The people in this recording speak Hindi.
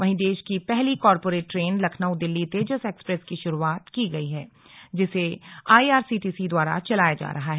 वहीं देश की पहली corporate train Lucknow Delhi Tejas express की शुरुआत की गई है जिसे आईआरसीटीसी द्वारा चलाया जा रहा है